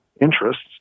Interests